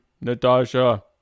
Natasha